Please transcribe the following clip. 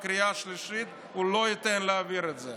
בקריאה השלישית הוא לא ייתן להעביר את זה.